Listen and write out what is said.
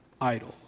idol